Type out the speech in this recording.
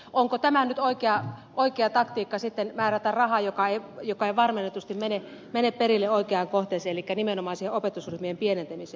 onko tämä nyt oikea taktiikka sitten määrätä rahaa joka ei varmennetusti mene perille oikeaan kohteeseen elikkä nimenomaan siihen opetusryhmien pienentämiseen